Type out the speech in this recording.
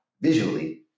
visually